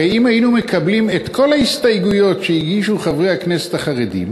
הרי אם היינו מקבלים את כל ההסתייגויות שהגישו חברי הכנסת החרדים